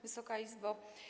Wysoka Izbo!